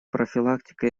профилактика